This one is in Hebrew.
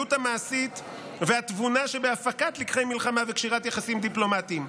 היעילות המעשית והתבונה שבהפקת לקחי מלחמה וקשירת יחסים דיפלומטיים.